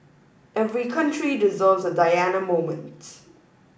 every country deserves a Diana moment